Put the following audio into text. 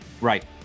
Right